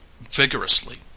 vigorously